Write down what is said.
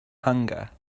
hunger